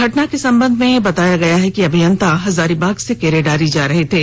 घटना के संबंध में बताया गया कि अभियंता हजारीबाग से केरेडारी जा रहे थे